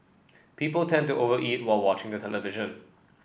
people tend to over eat while watching the television